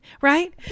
right